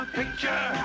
picture